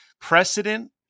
precedent